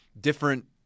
different